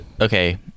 okay